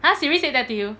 !huh! siri said that to you